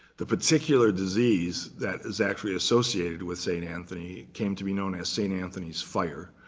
the particular disease that is actually associated with st. anthony came to be known as st. anthony's fire.